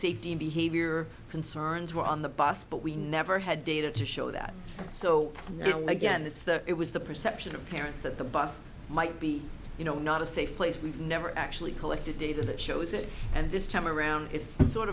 safety behavior concerns were on the bus but we never had data to show that so again it's the it was the perception of parents that the bus might be you know not a safe place we've never actually collected data that shows it and this time around it's sort